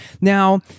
Now